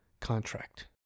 contract